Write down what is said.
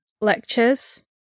lectures